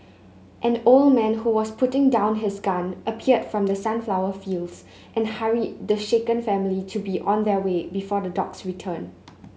an old man who was putting down his gun appeared from the sunflower fields and hurried the shaken family to be on their way before the dogs return